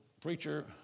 preacher